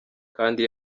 kandi